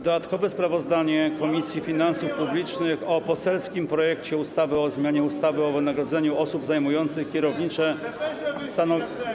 Dodatkowe sprawozdanie Komisji Finansów Publicznych o poselskim projekcie ustawy o zmianie ustawy o wynagrodzeniu osób zajmujących kierownicze stanowiska.